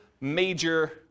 major